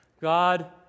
God